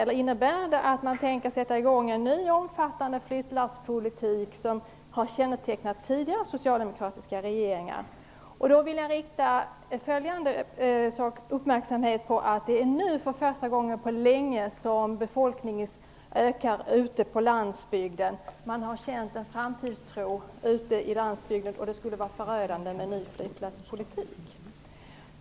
Eller innebär det att man tänker sätta i gång en ny omfattande flyttlasspolitik som har kännetecknat tidigare socialdemokratiska regeringar? Jag vill rikta uppmärksamhet på att befolkningen i landsbygden nu ökar för första gången på länge. Man har känt en framtidstro ute i landsbygden. Det skulle vara förödande med en ny flyttlasspolitik.